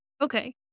Okay